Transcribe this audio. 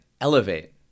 elevate